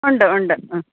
ഉണ്ട് ഉണ്ട് ആ